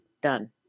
done